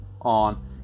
on